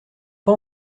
pas